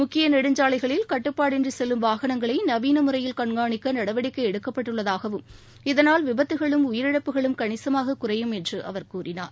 முக்கிய நெடுஞ்சாலைகளில் கட்டுப்பாடின்றி செல்லும் வாகனங்களை நவீன முறையில் கண்காணிக்க நடவடிக்கை எடுக்கப்பட்டுள்ளதாகவும் இதனால் விபத்துகளும் உயிரிழப்புகளும் கணிசமாகக் குறையும் என்று அவர் கூறினார்